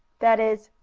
that is,